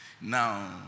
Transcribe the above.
Now